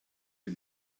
die